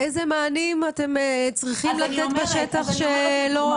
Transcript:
איזה מענים אתם צריכים לתת בשטח שלא